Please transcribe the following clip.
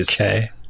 Okay